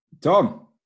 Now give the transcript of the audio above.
Tom